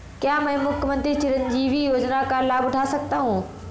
क्या मैं मुख्यमंत्री चिरंजीवी योजना का लाभ उठा सकता हूं?